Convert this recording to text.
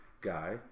guy